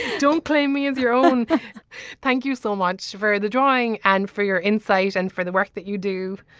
don't play me as your own thank you so much for the drawing and for your insight and for the work that you do.